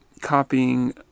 copying